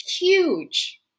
huge